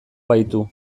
baitu